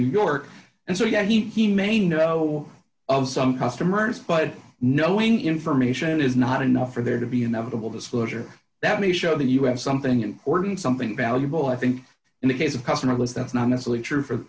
new york and so yeah he may know of some customers but knowing information is not enough for there to be inevitable disclosure that may show that you have something important something valuable i think in the case of customer list that's not necessarily true for